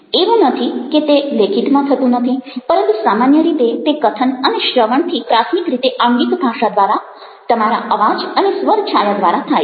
એવું નથી કે તે લેખિતમાં થતું નથી પરંતુ સામાન્ય રીતે તે કથન અને શ્રવણથી પ્રાથમિક રીતે આંગિક ભાષા દ્વારા તમારા અવાજ અને સ્વર છાયા દ્વારા થાય છે